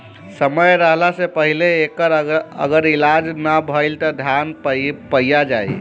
समय रहला से पहिले एकर अगर इलाज ना भईल त धान पइया जाई